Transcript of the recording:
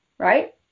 right